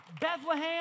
Bethlehem